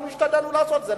אנחנו השתדלנו לעשות את זה.